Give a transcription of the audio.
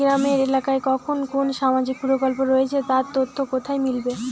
গ্রামের এলাকায় কখন কোন সামাজিক প্রকল্প রয়েছে তার তথ্য কোথায় মিলবে?